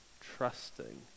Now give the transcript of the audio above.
trusting